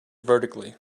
vertically